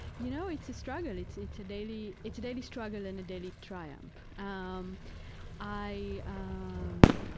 you know, it's a struggle. it's it's a daily, it's a daily struggle and a daily triumph. um i, um